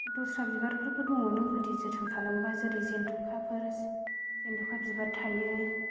दस्रा बिबारफोरबो दङ नों जुदि जोथोन खालामोबा जेरै जेन्थ'खाफोर जेन्थ'खा बिबार थायो